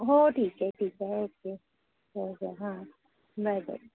हो ठीक आहे ठीक आहे ओके हो हो हां बाय बाय